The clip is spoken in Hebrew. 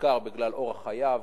בעיקר בגלל אורח חייו,